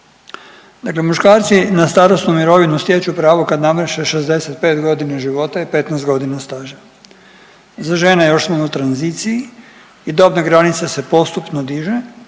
muškarci na starosnu mirovinu stječu pravo kad navrše 65 godina života i 15 godina staža. Za žene još smo u tranziciji i dobna granica se postupno diže,